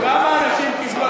אז למה אנשים קיבלו,